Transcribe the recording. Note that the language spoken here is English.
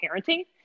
parenting